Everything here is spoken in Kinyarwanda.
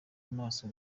amaso